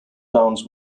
downs